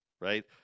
Right